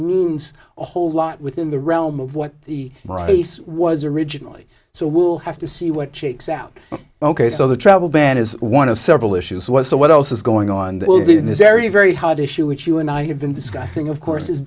means a whole lot within the realm of what the price was originally so we'll have to see what shakes out ok so the travel ban is one of several issues was so what else is going on that will be in this very very hot issue which you and i have been discussing of course